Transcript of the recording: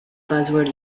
buzzword